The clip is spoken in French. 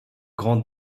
grand